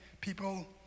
people